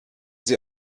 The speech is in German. sie